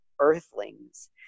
earthlings